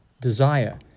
desire